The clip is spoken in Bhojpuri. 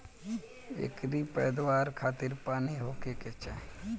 एकरी पैदवार खातिर पानी होखे के चाही